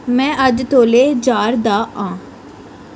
में अज्ज तौले जा'रदा आं